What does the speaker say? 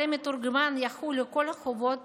על המתורגמן יחולו כל החובות